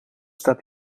staat